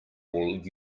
will